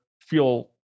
feel